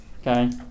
Okay